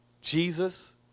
Jesus